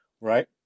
right